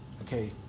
Okay